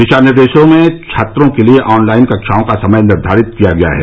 दिशानिर्देशों में छात्रों के लिए ऑनलाइन कक्षाओं का समय निर्घारित किया गया है